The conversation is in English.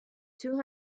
two